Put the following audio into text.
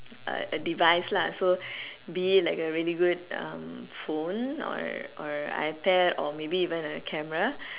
a a device lah so be it like a really good phone or or Ipad or maybe even a camera